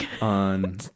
on